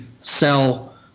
sell